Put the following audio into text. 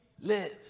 lives